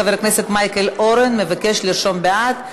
חבר הכנסת מייקל אורן מבקש לרשום בעד,